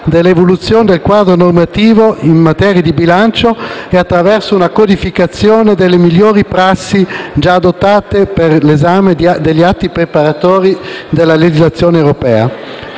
dell'evoluzione del quadro normativo in materia di bilancio e attraverso una codificazione delle migliori prassi già adottate per l'esame degli atti preparatori della legislazione europea.